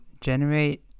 generate